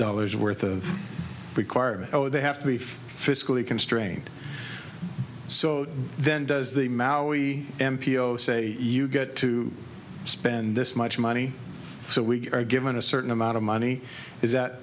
dollars worth of requirement though they have to be fiscally constrained so then does the maui m p o say you got to spend this much money so we are given a certain amount of money is that